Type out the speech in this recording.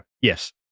Yes